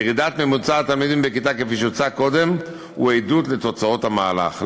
ירידת ממוצע התלמידים בכיתה כפי שהוצג קודם היא עדות לתוצאות המהלך.